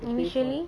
initially